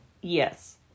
Yes